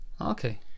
Okay